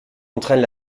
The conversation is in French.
entraîne